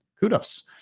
Kudos